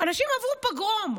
אנשים עברו פוגרום.